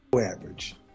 ...average